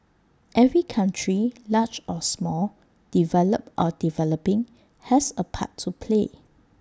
every country large or small developed or developing has A part to play